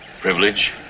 privilege